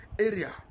area